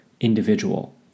individual